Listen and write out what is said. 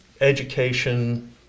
education